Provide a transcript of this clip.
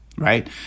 right